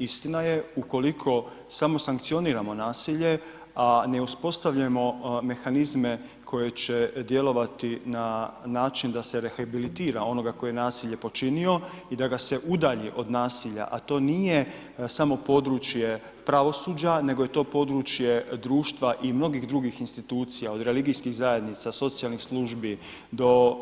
Istina je, ukoliko samo sankcioniramo nasilje, a ne uspostavljamo mehanizme koji će djelovati na način da se rehabilitira onoga koji je nasilje počinio i da ga se udalji od nasilja, a to nije samo područje pravosuđa, nego je to područje društva i mnogih drugih institucija, od religijskih zajednica, socijalnih službi do